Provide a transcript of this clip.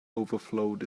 overflowed